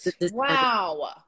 Wow